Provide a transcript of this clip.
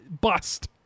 bust